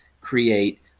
create